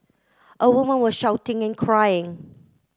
a woman were shouting and crying